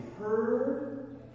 heard